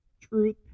truth